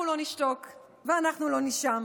אנחנו לא נשתוק ואנחנו לא נישן,